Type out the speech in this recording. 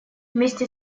вместе